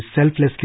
selflessly